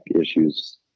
issues